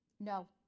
No